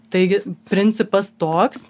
taigi principas toks